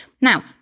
Now